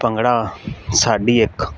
ਭੰਗੜਾ ਸਾਡੀ ਇੱਕ